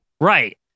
Right